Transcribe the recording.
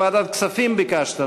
6), התשע"ד 2014, לוועדת הכספים נתקבלה.